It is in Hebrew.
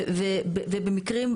ובמקרים,